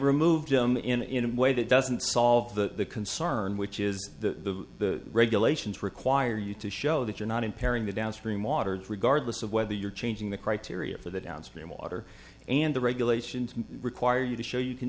removed them in a way that doesn't solve the concern which is the regulations require you to show that you're not impairing the downstream waters regardless of whether you're changing the criteria for the downstream water and the regulations require you to show you can